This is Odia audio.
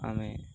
ଆମେ